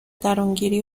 درونگیری